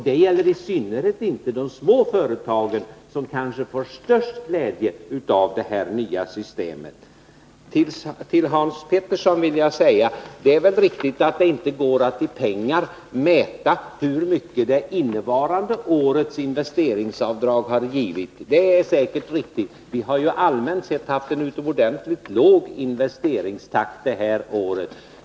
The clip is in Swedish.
Detta gäller i synnerhet de små företagen, som kanske får störst glädje av det nya systemet. Det är väl riktigt, Hans Petersson i Hallstahammar, att det inte går att i pengar mäta hur mycket det innevarande årets investeringsavdrag har givit — vi har allmänt sett haft en utomordentligt låg investeringstakt det här året.